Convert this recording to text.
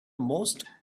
most